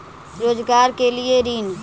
रोजगार के लिए ऋण?